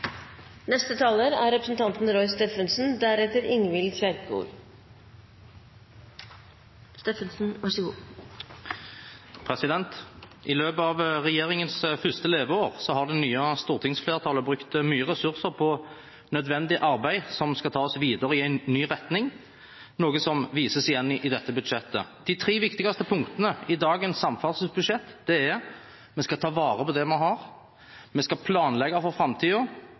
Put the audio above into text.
I løpet av regjeringens første leveår har det nye stortingsflertallet brukt mye ressurser på nødvendig arbeid som skal ta oss videre i en ny retning, noe som vises igjen i dette budsjettet. De tre viktigste punktene i dagens samferdselsbudsjett er: Vi skal ta vare på det vi har. Vi skal planlegge for